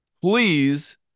please